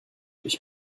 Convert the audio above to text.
ich